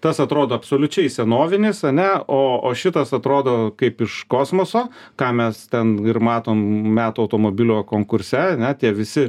tas atrodo absoliučiai senovinis ane o o šitas atrodo kaip iš kosmoso ką mes ten ir matom metų automobilio konkurse ne tie visi